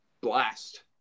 blast